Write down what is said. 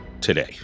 today